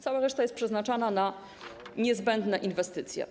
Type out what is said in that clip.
Cała reszta jest przeznaczana na niezbędne inwestycje.